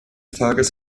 tages